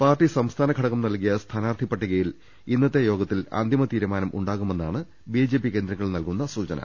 party സംസ്ഥാന ഘടകം നൽകിയ സ്ഥാനാർത്ഥി പട്ടികയിൽ ഇന്നത്തെ യോഗത്തിൽ അന്തിമ തീരുമാനമുണ്ടാകുമെന്നാണ് ബിജെപി കേന്ദ്ര ങ്ങൾ നൽകുന്ന സൂചന